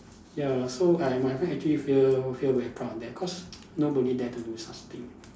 ya so I my friend actually feel feel very proud that cause nobody dare to do such thing